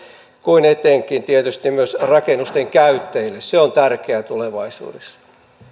kuin etenkin tietysti myös rakennusten käyttäjille se on tärkeää tulevaisuudessa